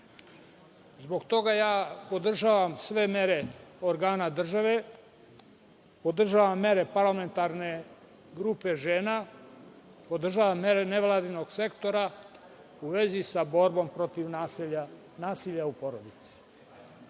toga podržavam sve mere organa države, podržavam mene Parlamentarne grupe žena, podržavam mere nevladinog sektora u vezi sa borbom protiv nasilja u porodici.